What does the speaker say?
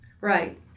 right